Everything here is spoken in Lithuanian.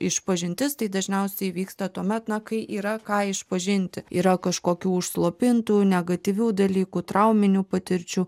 išpažintis tai dažniausiai įvyksta tuomet kai yra ką išpažinti yra kažkokių užslopintų negatyvių dalykų trauminių patirčių